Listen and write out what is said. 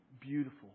beautiful